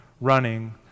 running